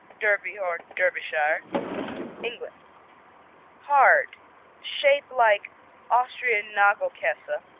derby, or derbyshire england hard shape like austrian nagelkassa